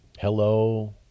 hello